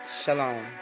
Shalom